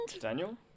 Daniel